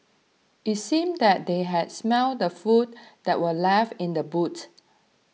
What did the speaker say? it seemed that they had smelt the food that were left in the boot